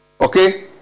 okay